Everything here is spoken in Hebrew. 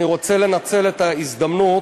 אני רוצה לנצל את ההזדמנות